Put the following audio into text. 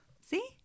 See